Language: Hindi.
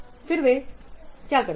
फिर वे क्या करते हैं